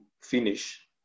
finish